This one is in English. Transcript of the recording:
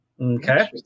Okay